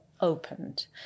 Opened